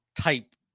type